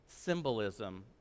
symbolism